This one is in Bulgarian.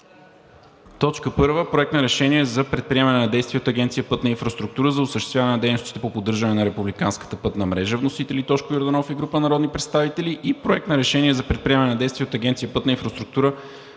г.: „1. Проект на решение за предприемане на действия от Агенция „Пътна инфраструктура“ за осъществяване на дейностите по поддържане на републиканската пътна мрежа, вносители – Тошко Йорданов и група народни представители, 15 април 2022 г., и Проект на решение за предприемане на действия от Агенция „Пътна инфраструктура“